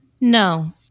No